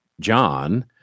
John